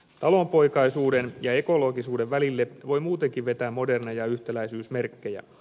talonpoikaisuuden ja ekologisuuden välille voi muutenkin vetää moderneja yhtäläisyysmerkkejä